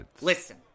Listen